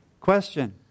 Question